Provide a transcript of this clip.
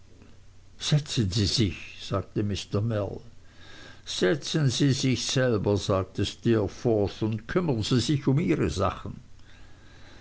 setzen sie sich sagte mr mell setzen sie sich selber sagte steerforth und kümmern sie sich um ihre sachen